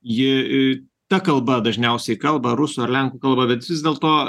ji ta kalba dažniausiai kalba rusų ar lenkų kalba bet vis dėlto